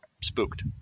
spooked